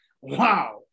Wow